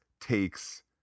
takes